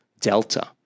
delta